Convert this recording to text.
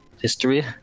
history